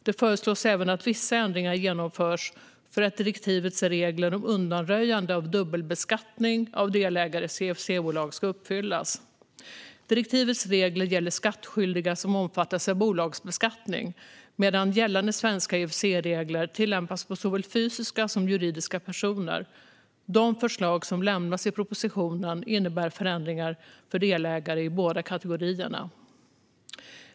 Det föreslås även att vissa ändringar genomförs för att direktivets regler om undanröjande av dubbelbeskattning av delägare i CFC-bolag ska uppfyllas. Direktivets regler gäller skattskyldiga som omfattas av bolagsbeskattning, medan gällande svenska CFC-regler tillämpas på såväl fysiska som juridiska personer. De förslag som lämnas i propositionen innebär förändringar för delägare i båda kategorierna.